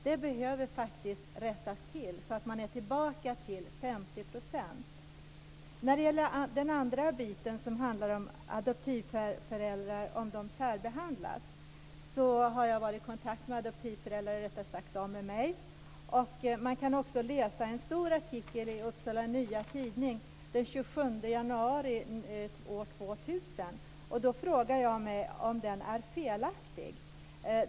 Det här behöver rättas till så att bidraget återigen uppgår till 50 %. När det gäller den andra frågan, som handlar om att adoptivföräldrar inte ska särbehandlas, har adoptivföräldrar tagit kontakt med mig. Man kan läsa en stor artikel i Upsala Nya Tidning den 27 januari 2000, och jag frågar mig om det som står där är felaktigt.